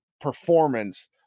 performance